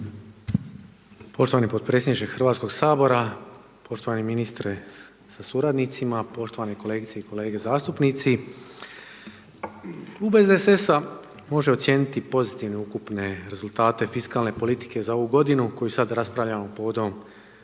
Poštovani podpredsjedniče HS-a, poštovani ministre sa suradnicima, poštovane kolegice i kolege zastupnici. Klub SDSS-a može ocijeniti pozitivnim ukupne rezultate fiskalne politike za ovu godinu koju sada raspravljamo povodom